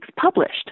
published